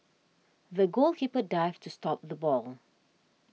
the goalkeeper dived to stop the ball